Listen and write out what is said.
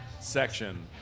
section